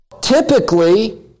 typically